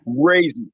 crazy